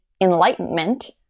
enlightenment